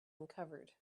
uncovered